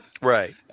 Right